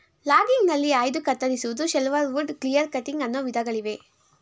ಲಾಗಿಂಗ್ಗ್ನಲ್ಲಿ ಆಯ್ದು ಕತ್ತರಿಸುವುದು, shelterwood, clear cutting ಅನ್ನೋ ವಿಧಗಳಿವೆ